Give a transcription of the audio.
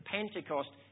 Pentecost